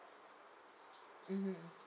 mmhmm